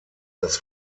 das